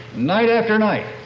night after night,